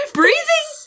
breathing